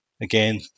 again